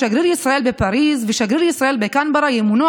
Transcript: שגריר ישראל בפריז ושגריר ישראל בקנברה ימונו